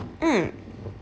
mm